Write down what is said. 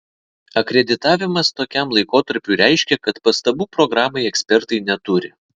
akreditavimas tokiam laikotarpiui reiškia kad pastabų programai ekspertai neturi